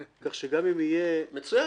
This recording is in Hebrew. כך שגם אם יהיו שבע הצעות --- מצוין.